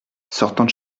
sortant